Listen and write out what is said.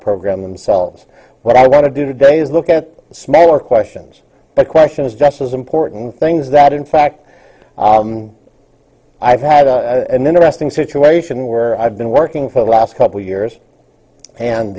program themselves what i want to do today is look at smaller questions but question is just as important things that in fact i've had a interesting situation where i've been working for the last couple years and